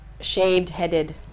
shaved-headed